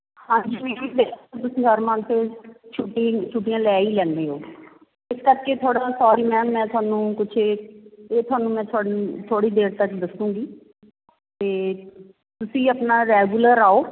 ਹਾਂਜੀ ਮੈਮ ਦੇਖੋ ਤੁਸੀਂ ਹਰ ਮੰਥ ਛੁੱਟੀ ਛੁੱਟੀਆਂ ਲੈ ਹੀ ਜਾਂਦੇ ਹੋ ਇਸ ਕਰਕੇ ਥੋੜ੍ਹਾ ਸੋਰੀ ਮੈਮ ਮੈਂ ਤੁਹਾਨੂੰ ਕੁਝ ਇਹ ਤੁਹਾਨੂੰ ਮੈਂ ਥੋੜ੍ਹੀ ਦੇਰ ਤੱਕ ਦੱਸੂਗੀ ਅਤੇ ਤੁਸੀਂ ਆਪਣਾ ਰੈਗੂਲਰ ਆਓ